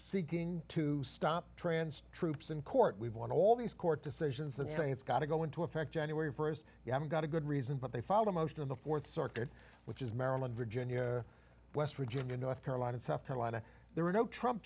seeking to stop trans troops in court we've won all these court decisions that say it's got to go into effect january st you haven't got a good reason but they follow most of the th circuit which is maryland virginia west virginia north carolina south carolina there are no trump